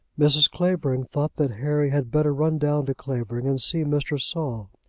mrs. clavering thought that harry had better run down to clavering, and see mr. saul.